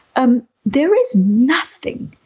um there is nothing,